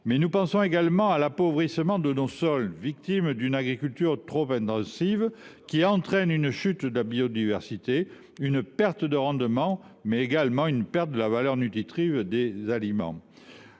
Nous n’oublions pas non plus l’appauvrissement de nos sols, victimes d’une agriculture trop intensive qui entraîne une chute de la biodiversité, une perte de rendement, mais également une diminution de la valeur nutritionnelle des aliments.